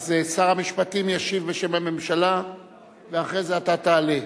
אז שר המשפטים ישיב בשם הממשלה ואחר כך אתה תעלה.